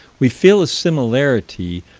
we feel a similarity,